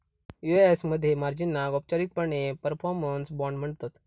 UAS मध्ये मार्जिनाक औपचारिकपणे परफॉर्मन्स बाँड म्हणतत